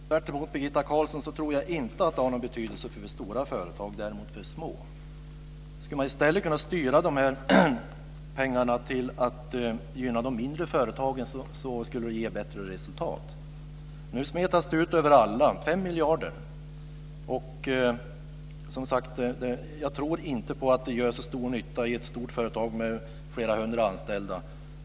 Fru talman! Tvärtemot Birgitta Carlsson tror jag inte att det har någon betydelse för stora företag men däremot för små. Om man i stället skulle kunna styra dessa pengar till att gynna de mindre företagen skulle det ge bättre resultat. Nu smetas de 5 miljarderna ut över alla, och jag tror inte att de gör så stor nytta i ett stort företag med flera hundra anställda.